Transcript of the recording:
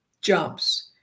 jumps